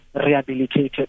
rehabilitated